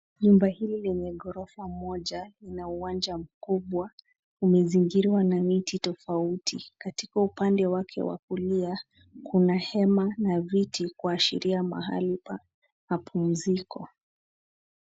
Nyumba hili lenye ghorofa moja lina uwanja mkubwa umezingirwa na miti tofauti. Katika upande wake wa kulia, kuna hema na viti kuashiria mahali pa mapumziko.